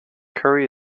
curry